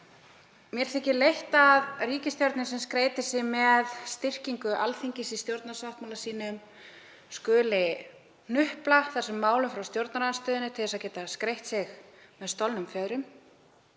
mér þykir leitt að ríkisstjórnin, sem stærir sig af styrkingu Alþingis í stjórnarsáttmála sínum, skuli hnupla þessum málum frá stjórnarandstöðunni til að geta skreytt sig með stolnum fjöðrum